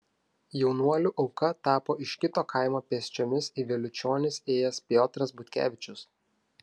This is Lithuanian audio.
jaunuolių auka tapo iš kito kaimo pėsčiomis į vėliučionis ėjęs piotras butkevičius